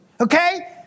Okay